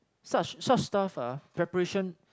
such such stuff ah preparation